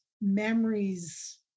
memories